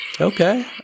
Okay